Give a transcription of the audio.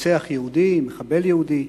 רוצח יהודי, מחבל יהודי,